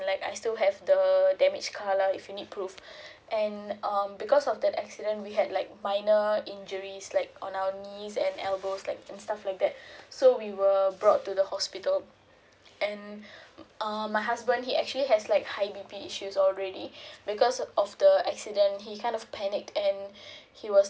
like I still have the damaged car lah if you need proof and um because of that accident we had like minor injuries like on our knees and elbows like and stuff like that so we were brought to the hospital and um my husband he actually has like high B_P issue already because of the accident he kind of panic and he was